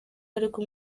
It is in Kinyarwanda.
ariko